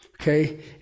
Okay